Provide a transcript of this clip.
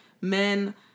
men